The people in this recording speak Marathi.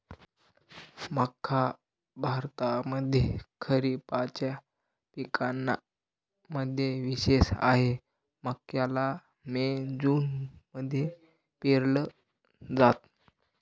मक्का भारतामध्ये खरिपाच्या पिकांना मध्ये विशेष आहे, मक्याला मे जून मध्ये पेरल जात